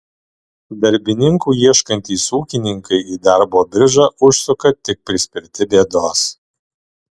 darbininkų ieškantys ūkininkai į darbo biržą užsuka tik prispirti bėdos